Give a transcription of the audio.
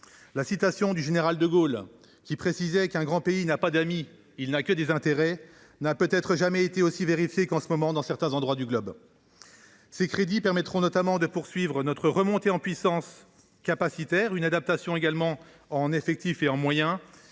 La citation du général de Gaulle selon laquelle un grand pays « n’a pas d’amis, il n’a que des intérêts », n’a peut être jamais été aussi exacte qu’elle l’est actuellement dans certains endroits du globe. Ces crédits permettront notamment de poursuivre notre remontée en puissance capacitaire, notre adaptation en effectifs et en moyens